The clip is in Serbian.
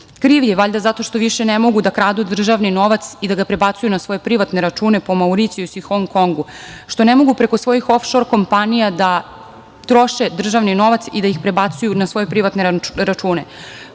Kriv je valjda zato što više ne mogu da kradu državni novac i da ga prebacuju na svoje privatne račune po Mauricijusu i Hong Kongu, što ne mogu preko svojih ofšor kompanija da troše državni novac i da ih prebacuju na svoje privatne račune.